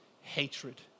hatred